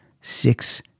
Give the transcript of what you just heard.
six